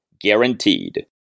guaranteed